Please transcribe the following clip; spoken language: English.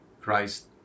Christ